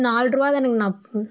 நால்ருபாதானங்ண்ணா